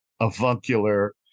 avuncular